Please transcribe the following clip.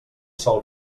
sol